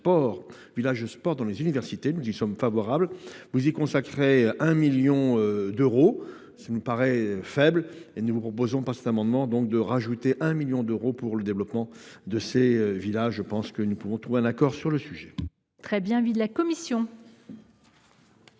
dans les universités. Nous y sommes favorables. Vous y consacrez un million d’euros, ce qui nous paraît faible. Nous vous proposons donc, au travers de cet amendement, d’ajouter un million d’euros pour le développement de ces villages. Je pense que nous pourrons trouver un accord sur le sujet. Quel est l’avis de la commission